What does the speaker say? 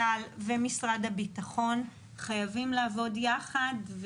צה"ל ומשרד הביטחון חייבים לעבוד יחד,